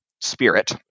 spirit